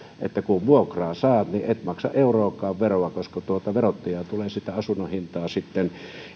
että kun vuokraa saat niin et maksa euroakaan veroa koska verottaja tulee sitä asunnon hintaa sitten